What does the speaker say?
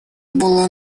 была